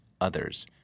Others